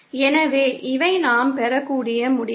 எனவே இவை நாம் பெறக்கூடிய முடிவுகள்